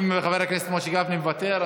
אם חבר הכנסת משה גפני מוותר,